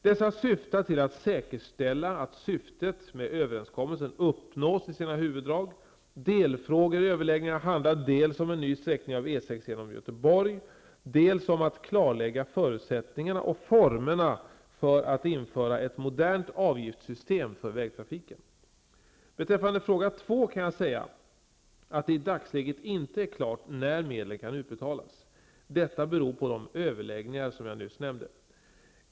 Dessa syftar till att säkerställa att syftet med överenskommelsen uppnås i sina huvuddrag. Delfrågor i överläggningarna handlar dels om en ny sträckning av E 6 genom Göteborg, dels om att klarlägga förutsättningarna och formerna för att införa ett modernt avgiftssystem för vägtrafiken. Beträffande fråga två kan jag säga att det i dagsläget inte är klart när medlen kan utbetalas. Detta beror på de överläggningar som jag nyss nämnde.